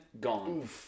gone